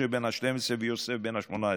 משה בן ה-12 ויוסף בן ה-18.